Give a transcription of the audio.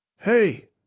Hey